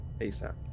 ASAP